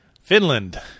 Finland